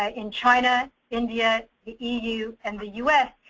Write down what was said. ah in china, india, the eu and the us,